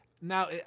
Now